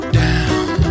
down